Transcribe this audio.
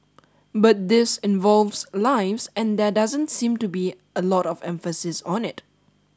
but this involves lives and there doesn't seem to be a lot of emphasis on it